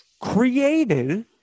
created